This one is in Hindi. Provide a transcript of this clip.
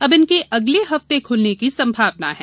अब इनके अगले हफ्ते खुलने की संभावना है